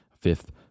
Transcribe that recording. fifth